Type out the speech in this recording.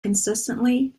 consistently